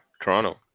Toronto